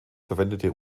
verwendete